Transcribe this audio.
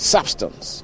Substance